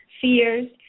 fears